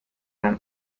beim